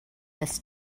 this